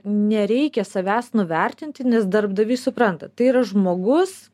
nereikia savęs nuvertinti nes darbdavys supranta tai yra žmogus